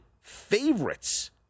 favorites